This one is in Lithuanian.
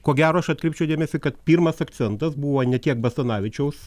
ko gero aš atkreipčiau dėmesį kad pirmas akcentas buvo ne tiek basanavičiaus